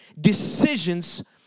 decisions